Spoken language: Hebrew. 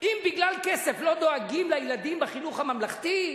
אם בגלל כסף לא דואגים לילדים בחינוך הממלכתי,